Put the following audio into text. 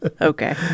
Okay